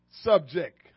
subject